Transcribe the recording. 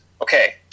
okay